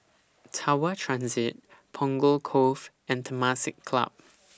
Tower Transit Punggol Cove and Temasek Club